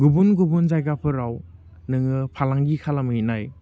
गुबुन गुबुन जायगाफोराव नोङो फालांगि खालामहैनाय